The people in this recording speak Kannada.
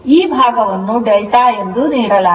ಆದ್ದರಿಂದ ಈ ಭಾಗವನ್ನು delta ಎಂದು ನೀಡಲಾಗಿದೆ